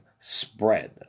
Spread